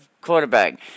quarterback